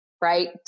right